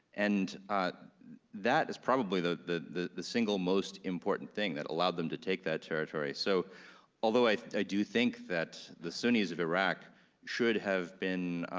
and that is probably the the single most important thing that allowed them to take that territory, so although i i do think that the sunnis of iraq should have been,